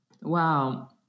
Wow